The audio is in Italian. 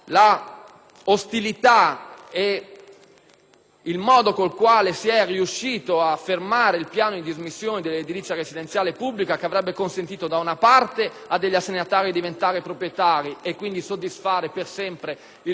con cui si è riusciti a fermare il piano di dismissione dell'edilizia residenziale pubblica, che avrebbe consentito da una parte ad assegnatari di diventare proprietari e quindi soddisfare per sempre il loro diritto e d'altra parte di reperire risorse che avrebbero potuto